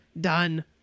Done